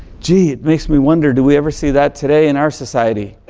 gee, it makes me wonder, do we ever see that today in our society?